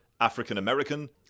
African-American